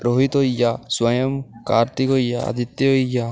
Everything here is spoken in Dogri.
रोहित होई गेआ स्वयंम कार्तिक होई गेआ आदित्य होई गेआ